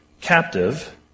captive